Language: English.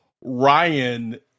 Ryan